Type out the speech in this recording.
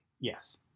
Yes